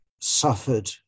suffered